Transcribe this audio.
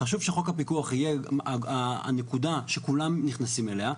חשוב שחוק הפיקוח יהיה הנקודה שכולם נכנסים אליה.